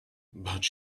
but